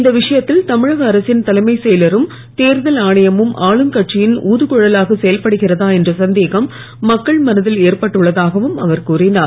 இந்த விஷயத்தில் தமிழக அரசின் தலைமைச் செயலரும் தேர்தல் ஆணையமும் ஆளுங்கட்சியின் ஊ துகுழலாக செயல்படுகிறதா என்ற சந்தேகம் மக்கள் மனதில் ஏற்பட்டு உள்ளதாகவும் அவர் கூறினார்